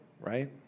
Right